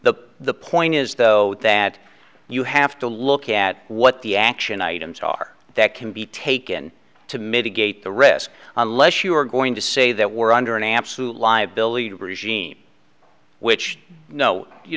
said the point is though that you have to look at what the action items are that can be taken to mitigate the risk unless you are going to say that we're under an absolute liability regime which no you